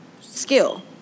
skill